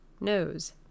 nose